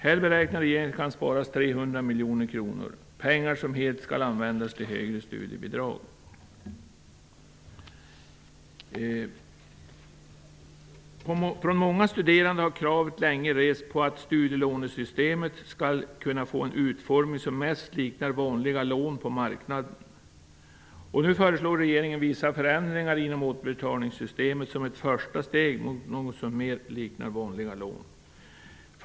Här beräknar regeringen att man kan spara 300 miljoner kronor, pengar som helt skall användas till högre studiebidrag. Många studerande har längre rest kravet på att studielånesystemet skall få en utformning som mer liknar vanliga lån på marknaden. Nu föreslår regeringen vissa förändringar inom återbetalningssystemet som ett första steg mot något som mer liknar vanliga lån.